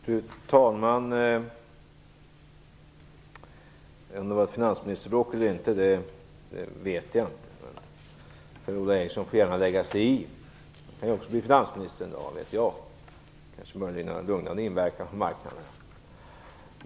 Fru talman! Om det var ett finansministerbråk eller inte vet jag inte. Men Per-Ola Eriksson får gärna lägga sig i. Han kanske också kan bli finansminister en dag. Det kanske möjligen skulle ha en lugnande inverkan på marknaderna.